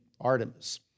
Artemis